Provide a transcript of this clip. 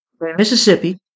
Mississippi